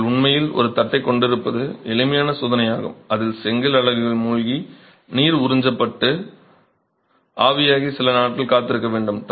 நீங்கள் உண்மையில் ஒரு தட்டைக் கொண்டிருப்பது எளிமையான சோதனையாகும் அதில் செங்கல் அலகுகள் மூழ்கி நீர் உறிஞ்சப்பட்டு ஆவியாகி சில நாட்கள் காத்திருக்க வேண்டும்